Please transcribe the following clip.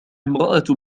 امرأة